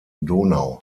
donau